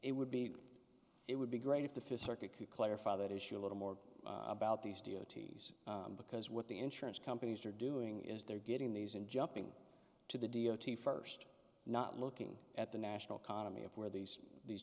it would be it would be great if the fifth circuit could clarify that issue a little more about these deities because what the insurance companies are doing is they're getting these and jumping to the d o t first not looking at the national condom if where these these